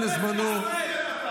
לך לעזה, תתלהם עם המחבלים בעזה.